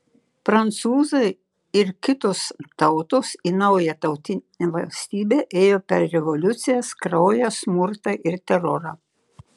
prancūzai ir kitos tautos į naują tautinę valstybę ėjo per revoliucijas kraują smurtą ir terorą